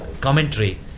commentary